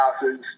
houses